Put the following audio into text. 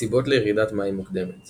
סיבות לירידת מים מוקדמת